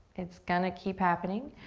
it's gonna keep happening.